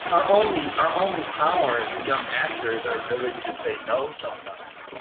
our only our only power as a young actor is our ability to say no sometimes.